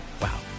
Wow